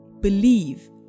Believe